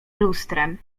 lustrem